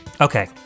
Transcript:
Okay